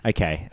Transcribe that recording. Okay